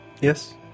Yes